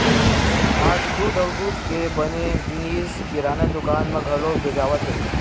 आज दूद अउ दूद के बने जिनिस किराना दुकान म घलो बेचावत हे